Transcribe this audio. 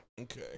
okay